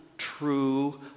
true